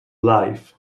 live